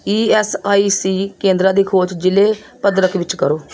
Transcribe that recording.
E S I C ਕੇਂਦਰਾਂ ਦੀ ਖੋਜ ਜ਼ਿਲ੍ਹੇ ਭਦਰਕ ਵਿੱਚ ਕਰੋ